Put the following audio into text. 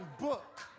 book